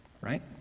right